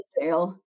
jail